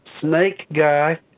snakeguy